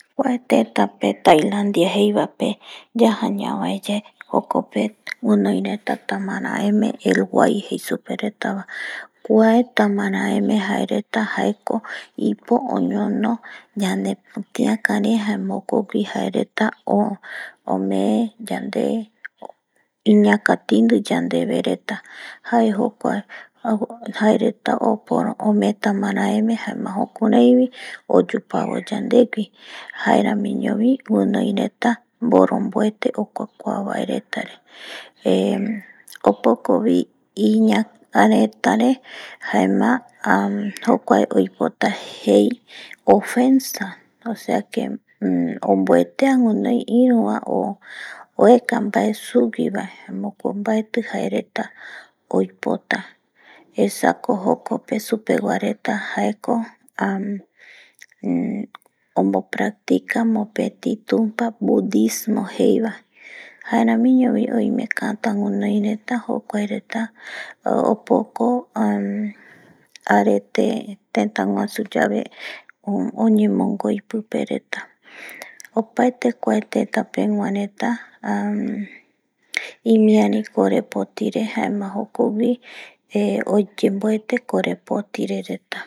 Kuae tétäpe Tailandia jeivape yaja ñavae yae jokope guinoi retata ma tamaraeme el guay jei supe reta va kuae tamaraeme jae reta jaeko ipo oñono ñanepitiaka re jaema jokogui jae reta ojo ome yande iñakatindi yandeve reta jae jokua jae reta ome tamaraeme jokurai oyupabo yandegui jaeramiño bi guinoi reta mboronboete okuakua mbae reta pe opokovi iñaka reta re jaema oipota jei ofensa osea que ombuetea guinoi iruva o ueka bae suguivae jaemako mbaeti jae reta oipota esako jokope supegua reta jaeko, omo practica mopeti tumpa budismo jeiba jaeramiñovi oime kata guinoi reta jokuae reta opoko areteta guasu dibe oyenmongoi pipe reta opaete kua reta teyta pegua reta, imiari corepoti re jaema jokogui eeh oyenbuete korepoti reta re